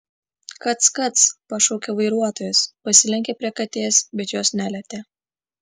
kac kac pašaukė vairuotojas pasilenkė prie katės bet jos nelietė